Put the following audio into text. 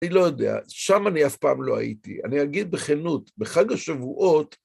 אני לא יודע, שם אני אף פעם לא הייתי, אני אגיד בכנות: בחג השבועות,